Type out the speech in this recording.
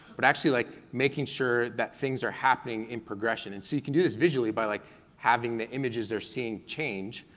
but i actually like making sure that things are happening in progression. and so you can do this visually by like having the images they're seeing change,